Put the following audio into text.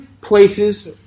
places